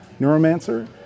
Neuromancer